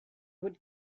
would